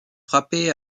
frapper